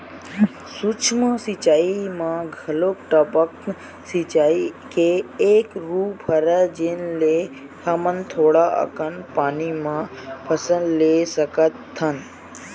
सूक्ष्म सिचई म घलोक टपक सिचई के एक रूप हरय जेन ले हमन थोड़ा अकन पानी म फसल ले सकथन